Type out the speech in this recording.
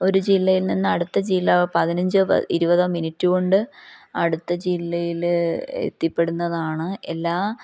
ഒരു ജില്ലയിൽ നിന്ന് അടുത്ത ജില്ല പതിനഞ്ചോ ഇരുപതോ മിനിറ്റ് കൊണ്ട് അടുത്ത ജില്ലയിൽ എത്തിപ്പെടുന്നതാണ് എല്ലാ